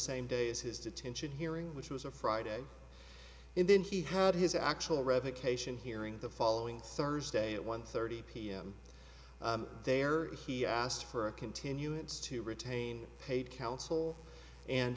same day as his detention hearing which was a friday and then he had his actual revocation hearing the following thursday at one thirty pm there he asked for a continuance to retain paid counsel and